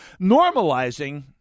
normalizing